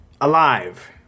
alive